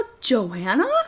Joanna